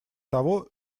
того